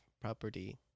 property